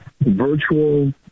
virtual